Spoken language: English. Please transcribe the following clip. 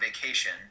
vacation